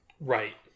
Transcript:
Right